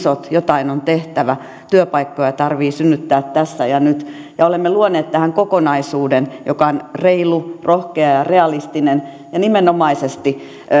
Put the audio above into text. jotain on tehtävä työpaikkoja tarvitsee synnyttää tässä ja nyt olemme luoneet tähän kokonaisuuden mikä on reilu rohkea ja realistinen ja nimenomaisesti